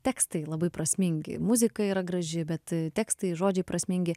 tekstai labai prasmingi muzika yra graži bet tekstai žodžiai prasmingi